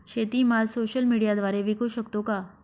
शेतीमाल सोशल मीडियाद्वारे विकू शकतो का?